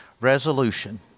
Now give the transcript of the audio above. resolution